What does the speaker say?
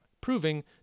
proving